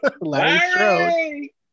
Larry